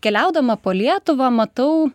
keliaudama po lietuvą matau